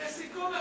לסיכום,